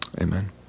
Amen